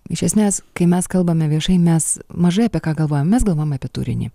iš esmės kai mes kalbame viešai mes mažai apie ką galvojam mes galvojam apie turinį